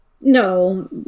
No